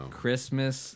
Christmas